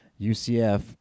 UCF